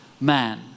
man